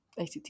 ACT